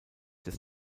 des